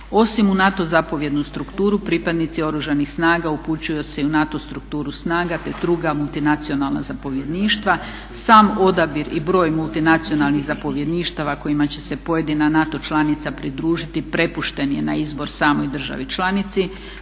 Osim u NATO zapovjednu strukturu pripadnici Oružanih snaga upućuju se i u NATO strukturu snaga te druga multinacionalna zapovjedništva. Sam odabir i broj multinacionalnih zapovjedništava kojima će se pojedina NATO članica pridružiti prepušten je na izbor samoj državi članici.